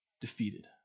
defeated